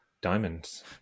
Diamonds